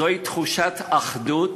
זוהי תחושת אחדות